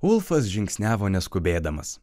ulfas žingsniavo neskubėdamas